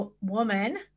woman